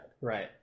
Right